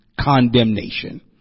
Condemnation